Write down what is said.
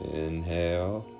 inhale